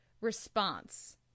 response